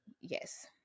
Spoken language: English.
Yes